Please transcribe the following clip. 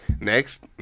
Next